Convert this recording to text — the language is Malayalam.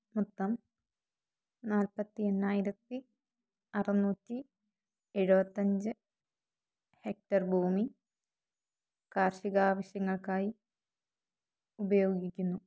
മൊത്തം നാൽപ്പത്തി എണ്ണയിരത്തി അറന്നൂറ്റി എഴുപത്തഞ്ച് ഹെക്ടർ ഭൂമി കാർഷിക ആവശ്യങ്ങൾക്കായി ഉപയോഗിക്കുന്നു